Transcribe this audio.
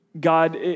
God